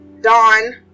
Dawn